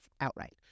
outright